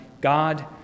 God